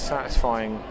Satisfying